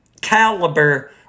caliber